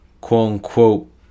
quote-unquote